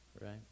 Right